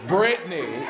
Britney